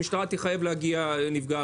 שמשטרה תחייב להגיע נפגע עבירה.